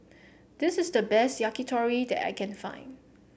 this is the best Yakitori that I can find